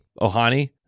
Ohani